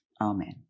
Amen